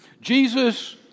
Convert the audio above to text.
Jesus